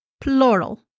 plural